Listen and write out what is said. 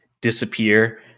disappear